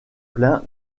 pleins